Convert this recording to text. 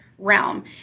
Realm